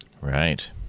right